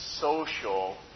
social